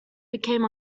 became